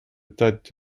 date